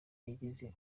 yagize